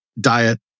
diet